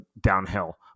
downhill